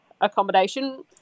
accommodation